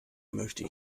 möchte